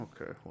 Okay